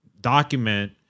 document